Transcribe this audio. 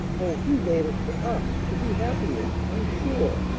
oh, he made it for us, to be happy in, i'm sure.